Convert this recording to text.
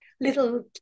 little